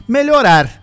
Melhorar